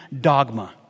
dogma